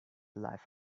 life